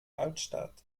altstadt